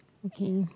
okay